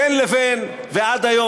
בין לבין ועד היום,